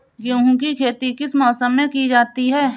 गेहूँ की खेती किस मौसम में की जाती है?